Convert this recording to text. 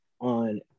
on